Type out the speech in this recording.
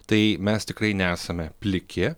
tai mes tikrai nesame pliki